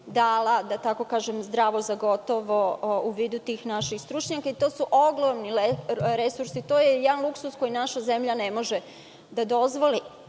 dala zdravo za gotovo u vidu tih naših stručnjaka. To su ogromni resursi. To je luksuz koji naša zemlja ne može da dozvoli.